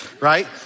right